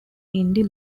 indy